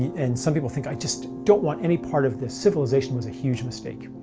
and some people think i just don't want any part of this, civilization was a huge mistake.